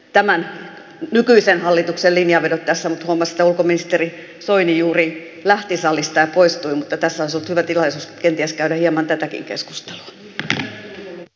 tämä jokaisen hallituksen linjanvedot tässä omasta ulkoministeriö toimii juuri lähti salista poistuu mutta tässä sopiva tilaisuus pelkästään ajamaan tätäkin keskusta s